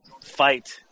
fight